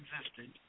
existed